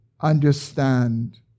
understand